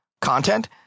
content